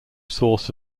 source